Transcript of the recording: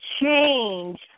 change